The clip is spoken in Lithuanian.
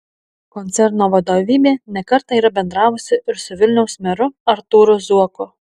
koncerno vadovybė ne kartą yra bendravusi ir su vilniaus meru artūru zuoku